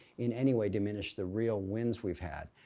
in any way, diminish the real wins we've had.